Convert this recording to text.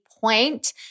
point